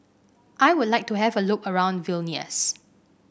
I would like to have a look around Vilnius